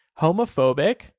homophobic